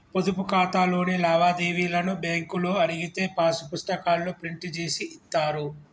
పొదుపు ఖాతాలోని లావాదేవీలను బ్యేంకులో అడిగితే పాసు పుస్తకాల్లో ప్రింట్ జేసి ఇత్తారు